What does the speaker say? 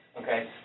Okay